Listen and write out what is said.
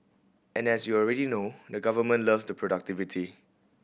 and as you already know the government loves the productivity